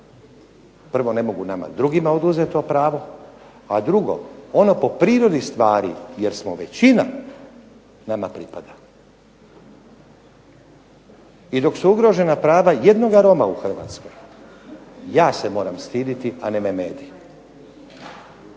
Prvo, ne mogu nama drugima oduzeti to pravo, a drugo ono po prirodi stvari jer smo većina nama pripada. I dok su ugrožena prava i jednoga Roma u Hrvatskoj ja se moram stidjeti, a ne Memedi.